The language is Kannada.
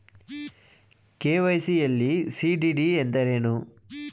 ಕೆ.ವೈ.ಸಿ ಯಲ್ಲಿ ಸಿ.ಡಿ.ಡಿ ಎಂದರೇನು?